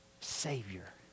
Savior